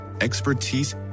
expertise